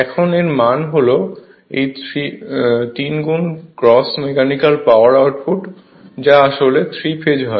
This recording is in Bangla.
এখন এর মানে হল এই 3 গুন গ্রস মেকানিক্যাল পাওয়ার আউটপুট যা আসলে 3 ফেজ হয়